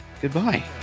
Goodbye